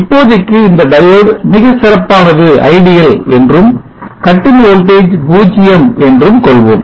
இப்போதைக்கு இந்த diode மிகச் சிறப்பானது என்றும் cut in voltage 0 என்றும் கொள்வோம்